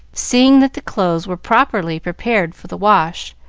seeing that the clothes were properly prepared for the wash,